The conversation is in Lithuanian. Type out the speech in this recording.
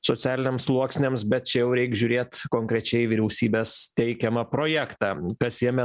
socialiniams sluoksniams bet čia jau reik žiūrėt konkrečiai vyriausybės teikiamą projektą kas jame